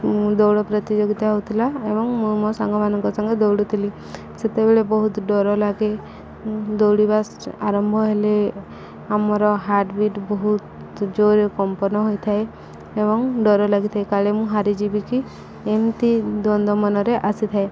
ମୁଁ ଦୌଡ଼ ପ୍ରତିଯୋଗିତା ହଉଥିଲା ଏବଂ ମୁଁ ମୋ ସାଙ୍ଗମାନଙ୍କ ସଙ୍ଗେ ଦୌଡ଼ୁଥିଲି ସେତେବେଳେ ବହୁତ ଡର ଲାଗେ ଦୌଡ଼ିବା ଆରମ୍ଭ ହେଲେ ଆମର ହାର୍ଟବିଟ୍ ବହୁତ ଜୋରରେ କମ୍ପନ ହୋଇଥାଏ ଏବଂ ଡର ଲାଗିଥାଏ କାଳେ ମୁଁ ହାରି ଯିବିିକି ଏମିତି ଦ୍ୱନ୍ଦ ମନରେ ଆସିଥାଏ